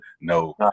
No